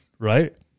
Right